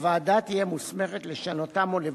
הוועדה תהיה מוסמכת לשנותם או לבטלם,